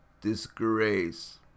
disgrace